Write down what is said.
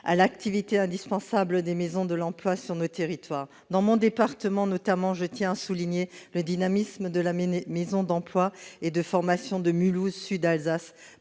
à l'activité indispensable des maisons de l'emploi sur nos territoires. Dans mon département, notamment, je tiens à souligner le dynamisme dont fait preuve la maison de l'emploi et de la formation de Mulhouse sud-Alsace